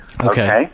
Okay